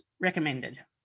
recommended